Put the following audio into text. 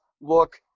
look